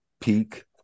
peak